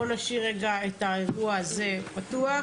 ובוא נשאיר רגע את האירוע הזה פתוח,